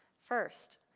first,